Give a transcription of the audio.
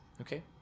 Okay